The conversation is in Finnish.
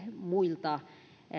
muulta